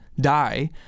die